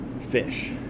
fish